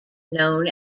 known